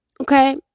Okay